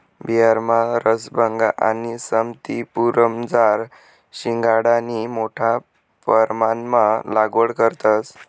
बिहारमा रसभंगा आणि समस्तीपुरमझार शिंघाडानी मोठा परमाणमा लागवड करतंस